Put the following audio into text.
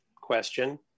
question